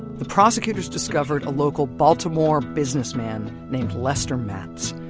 the prosecutors discovered a local baltimore businessman named lester matz.